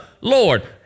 Lord